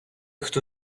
хто